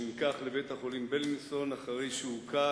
שנלקח לבית-החולים "בילינסון" אחרי שהוכה